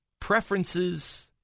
preferences